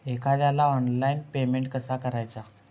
एखाद्याला online payment कसा करायचा?